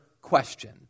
question